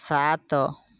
ସାତ